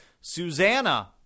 Susanna